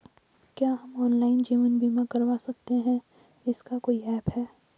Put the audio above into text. क्या हम ऑनलाइन जीवन बीमा करवा सकते हैं इसका कोई ऐप है?